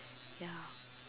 ya